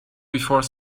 before